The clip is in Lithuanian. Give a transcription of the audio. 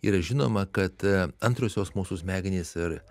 yra žinoma kad antrosios mūsų smegenys ir